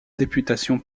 députation